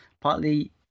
partly